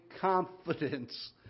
confidence